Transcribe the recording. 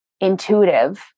intuitive